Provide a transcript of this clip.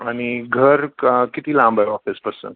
आणि घर क किती लांब आहे ऑफिसपासून